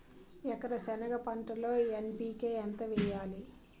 ఎకర సెనగ పంటలో ఎన్.పి.కె ఎంత వేయాలి?